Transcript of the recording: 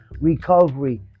recovery